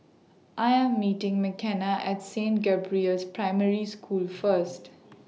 I Am meeting Makenna At Saint Gabriel's Primary School First